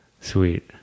Sweet